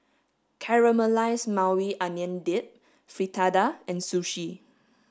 caramelized maui onion dip fritada and sushi